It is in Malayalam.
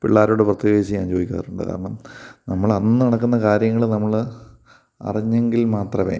പിള്ളേരോട് പ്രത്യേകിച്ച് ഞാൻ ചോദിക്കാറുണ്ട് കാരണം നമ്മൾ അന്നന്ന് നടക്കുന്ന കാര്യങ്ങൾ നമ്മൾ അറിഞ്ഞെങ്കിൽ മാത്രമേ